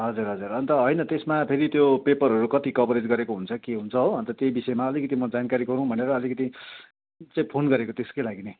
हजुर हजुर अन्त होइन त्यसमा फेरि त्यो पेपरहरू कति कभरेज गरेको हुन्छ के हुन्छ हो त्यही विषयमा अलिकति म जानकारी गरौँ भनेर अलिकति चाहिँ फोन गरेको त्यसकै लागि नै